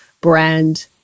brand